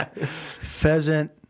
Pheasant